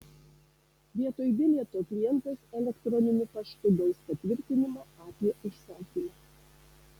vietoj bilieto klientas elektroniniu paštu gaus patvirtinimą apie užsakymą